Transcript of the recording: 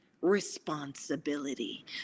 responsibility